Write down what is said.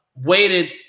waited